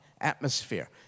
atmosphere